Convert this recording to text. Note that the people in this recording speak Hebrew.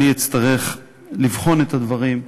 אני אצטרך לבחון את הדברים,